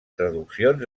traduccions